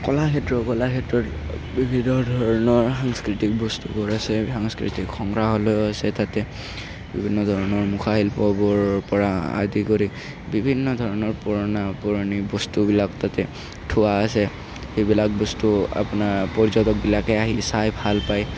কলাক্ষেত্ৰ কলাক্ষেত্ৰত বিভিন্ন ধৰণৰ সাংস্কৃতিক বস্তুবোৰ আছে সাংস্কৃতিক সংগ্ৰাহালয় আছে তাতে বিভিন্ন ধৰণৰ মুখা শিল্পবোৰৰ পৰা আদি কৰি বিভিন্ন ধৰণৰ পুৰণা পুৰণি বস্তুবিলাক তাতে থোৱা আছে সেইবিলাক বস্তু আপোনাৰ পৰ্যটকবিলাকে আহি চাই ভাল পায়